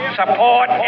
support